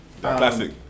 Classic